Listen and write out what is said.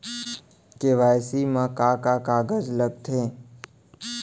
KYC मा का का कागज लगथे?